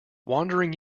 wandering